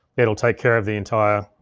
it'll take care of the entire